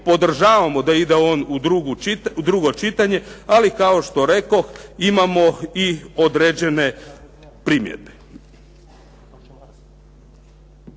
podržavamo da ide on u drugo čitanje ali kao što rekoh imamo i određene primjedbe.